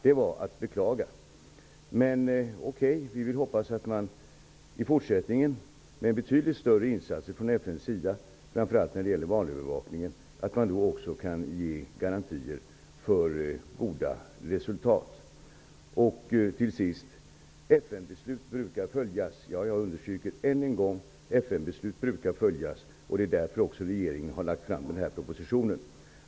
Men vi hoppas att man i fortsättningen kan ge garantier för goda resultat med betydligt större insatser från FN, framför allt när det gäller valövervakningen. Eva Zetterberg sade att FN-beslut brukar följas. Jag understryker det än en gång. FN-beslut brukar följas. Det är därför regeringen har lagt fram den här propositionen.